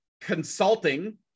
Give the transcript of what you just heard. consulting